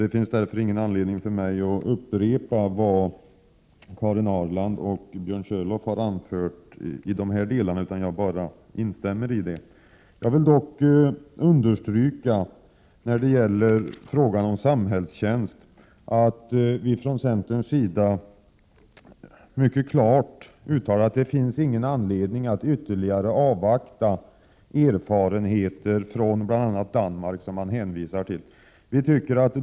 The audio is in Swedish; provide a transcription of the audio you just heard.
Det finns ingen anledning för mig att upprepa det som Karin Ahrland och Björn Körlof har anfört i dessa delar, utan jag nöjer mig med att instämma i det. I frågan om samhällstjänst vill jag dock understryka att vi från centerns sida mycket klart uttalar att det inte finns något sådant behov av att ytterligare avvakta erfarenheter från bl.a. Danmark som utskottsmajoriteten hänvisar till.